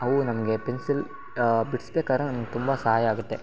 ಅವು ನಮಗೆ ಪೆನ್ಸಿಲ್ ಬಿಡ್ಸ್ಬೇಕಾದ್ರೆ ನಮ್ಗೆ ತುಂಬ ಸಹಾಯ ಆಗುತ್ತೆ